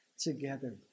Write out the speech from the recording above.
together